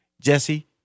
Jesse